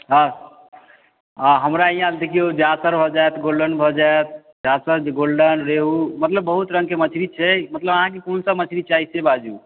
हँ हँ हमरा इहाँ देखिऔ जासर भऽ जायत गोल्डन भऽ जायत जासर गोल्डन रेहू मतलब बहुत रङ्गके मछली छै मतलब आहाँके कोन सब मछली चाहीसे बाजू